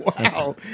Wow